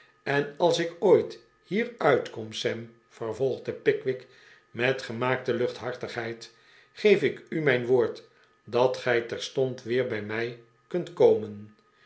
en als ik ooit hier uitkom sam vervolgde pickwick met gemaakte luchthartigheid geef ik u mijn woord dat gij terstond weer bij mij kunt komen